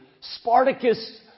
Spartacus